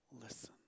listen